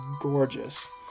gorgeous